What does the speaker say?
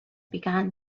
began